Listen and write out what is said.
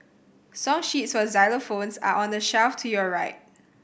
song sheets for xylophones are on the shelf to your right